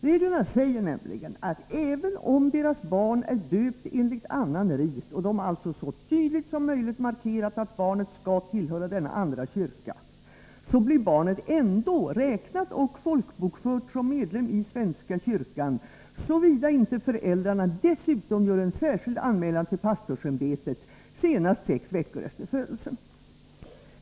Reglerna säger nämligen att även om deras barn är döpt enligt annan rit, och de alltså så tydligt som möjligt markerat att barnet skall tillhöra denna andra kyrka, så blir barnet ändå räknat och folkbokfört som medlem i svenska kyrkan, såvida inte föräldrarna dessutom gör en särskild anmälan till pastorsämbetet senast sex veckor efter barnets födelse.